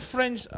French